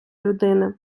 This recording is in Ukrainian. людини